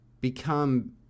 become